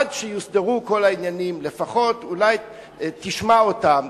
עד שיוסדרו כל העניינים, אולי לפחות תשמע אותם.